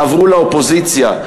תעברו לאופוזיציה.